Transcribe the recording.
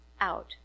out